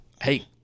hey